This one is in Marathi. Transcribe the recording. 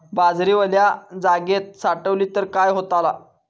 बाजरी वल्या जागेत साठवली तर काय होताला?